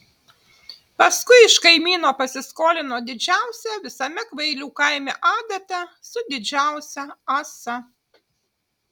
paskui iš kaimyno pasiskolino didžiausią visame kvailių kaime adatą su didžiausia ąsa